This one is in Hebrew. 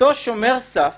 אותו שומר סף